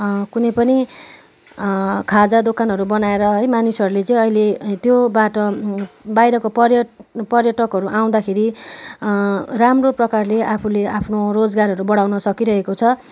कुनै पनि खाजा दोकानहरू बनाएर है मानिसहरूले चाहिँ अहिले त्यो बाटो बाहिरको पर्य पर्यटकहरू आउँदाखेरि राम्रो प्रकारले आफूले आफ्नो रोजगारहरू बढाउन सकिरहेको छ